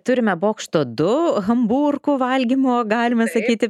turime bokšto du hamburkų valgymo galime sakyti